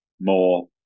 more